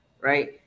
Right